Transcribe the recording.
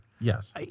Yes